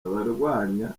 abarwanya